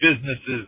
businesses